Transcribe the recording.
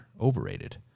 overrated